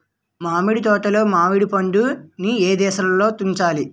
మామిడి తోటలో మామిడి పండు నీ ఏదశలో తుంచాలి?